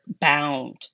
bound